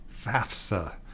FAFSA